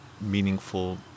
meaningful